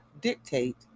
dictate